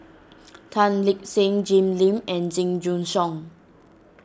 Tan Lip Seng Jim Lim and Jing Jun Hong